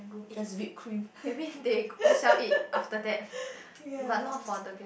just whipped cream ya